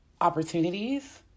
opportunities